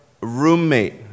roommate